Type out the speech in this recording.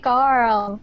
Carl